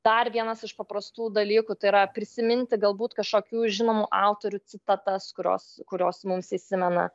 dar vienas iš paprastų dalykų tai yra prisiminti galbūt kažkokių žinomų autorių citatas kurios kurios mums įsimena